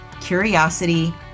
curiosity